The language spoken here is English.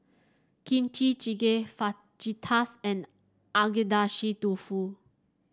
Kimchi Jjigae Fajitas and Agedashi Dofu